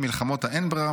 מלחמות האין-ברירה,